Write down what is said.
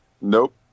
Nope